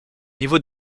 niveau